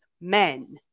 men